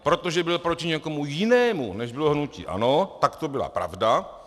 Protože byl proti někomu jinému, než bylo hnutí ANO, tak to byla pravda.